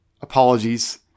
Apologies